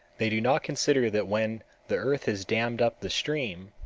they do not consider that when the earth has dammed up the stream,